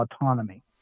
autonomy